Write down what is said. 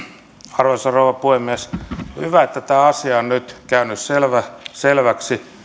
arvoisa rouva puhemies on hyvä että tämä asia on nyt käynyt selväksi